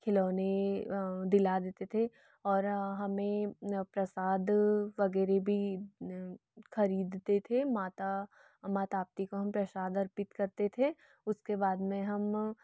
खिलौने दिला देते थे और हमें प्रसाद वगैरह भी खरीदते थे माता माँ ताप्ती को हम प्रसाद अर्पित करते थे उसके बाद में हम